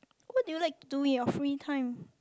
what do you like to do in your free time